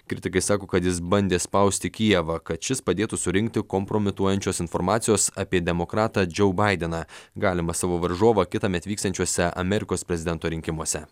kritikai sako kad jis bandė spausti kijevą kad šis padėtų surinkti kompromituojančios informacijos apie demokratą džou baideną galimą savo varžovą kitąmet vyksiančiuose amerikos prezidento rinkimuose